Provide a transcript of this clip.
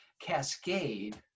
cascade